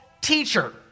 teacher